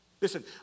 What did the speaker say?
Listen